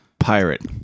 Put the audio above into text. pirate